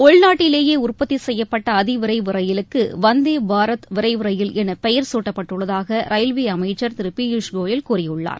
உள்நாட்டிலேயே உற்பத்தி செய்யப்பட்ட அதிவிரைவு ரயிலுக்கு வந்தே பாரத் விரைவு ரயில் என பெயர் சூட்டப்பட்டுள்ளதாக ரயில்வே அமைச்சர் திரு பியூஷ் கோயல் கூறியுள்ளார்